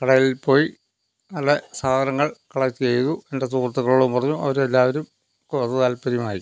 കടയിൽ പോയി നല്ല സാധനങ്ങൾ കളക്റ്റ് ചെയ്തു എൻ്റെ സുഹൃത്തുക്കളോടും പറഞ്ഞു അവർ എല്ലാവരും അവർക്ക് താല്പര്യമായി